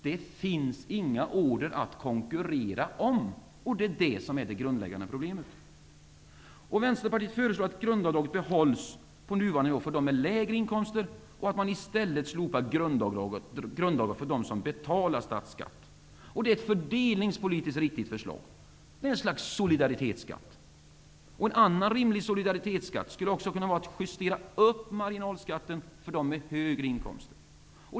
Det finns inga order att konkurrera om. Det är detta som är det grundläggande problemet. Vi i Vänsterpartiet föreslår att grundavdraget behålls på nuvarande nivå för dem som har lägre inkomster och att grundavdraget i stället slopas för dem som betalar statsskatt. Det är ett fördelningspolitiskt riktigt förslag, en sorts solidaritetsskatt. En annan rimlig solidaritetsskatteåtgärd skulle kunna vara uppjusteringen av marginalskatten för dem som har högre inkomster.